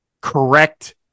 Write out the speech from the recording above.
correct